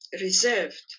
reserved